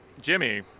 Jimmy